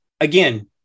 Again